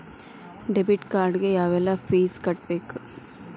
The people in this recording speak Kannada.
ಡೆಬಿಟ್ ಕಾರ್ಡ್ ಗೆ ಯಾವ್ಎಲ್ಲಾ ಫೇಸ್ ಕಟ್ಬೇಕು